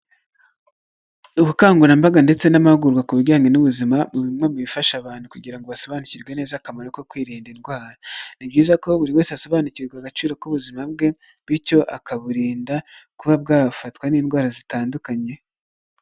Ubukangurambaga ndetse n'amahugurwa ku bijyanye n'ubuzima, ni bimwe mu bifasha abantu kugira ngo basobanukirwe neza akamaro ko kwirinda indwara, ni byiza ko buri wese asobanukirwa agaciro k'ubuzima bwe bityo akaburinda kuba bwafatwa n'indwara zitandukanye.